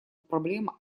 проблема